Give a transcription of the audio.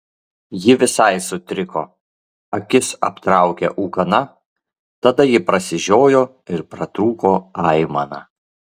ji visai sutriko akis aptraukė ūkana tada ji prasižiojo ir pratrūko aimana